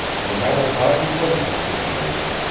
no matter how you looked at the situation,